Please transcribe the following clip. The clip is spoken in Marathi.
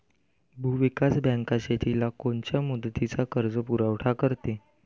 भूविकास बँक शेतीला कोनच्या मुदतीचा कर्जपुरवठा करते?